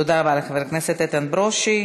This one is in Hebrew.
תודה רבה לחבר הכנסת איתן ברושי.